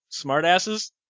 smartasses